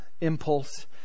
impulse